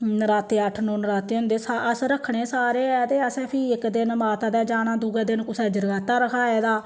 नराते अट्ठ नौ नराते होंदे अस रक्खनें सारे गै ते असें फ्ही इक दिन माता दे जाना दुए दिन कुसै जरगाता रखाए दा